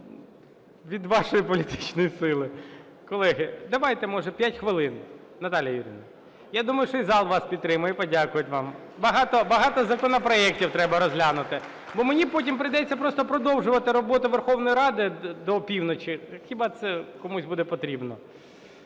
від вашої політичної сили. Колеги, давайте, може, 5 хвилин. Наталія Юріївна, я думаю, що і зал вас підтримає, і подякують вам. (Оплески) Багато, багато законопроектів треба розглянути. Бо мені потім прийдеться просто продовжувати роботу Верховної Ради до півночі, хіба це комусь буде потрібно?